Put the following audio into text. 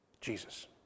Jesus